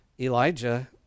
Elijah